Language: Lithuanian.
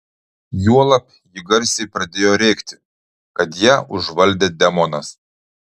juolab ji garsiai pradėjo rėkti kad ją užvaldė demonas